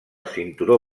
cinturó